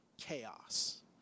chaos